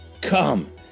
Come